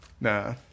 Nah